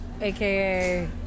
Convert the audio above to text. AKA